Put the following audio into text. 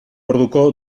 orduko